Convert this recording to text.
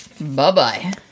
Bye-bye